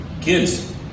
kids